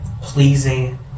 pleasing